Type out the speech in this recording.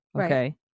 Okay